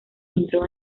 entró